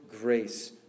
grace